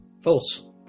False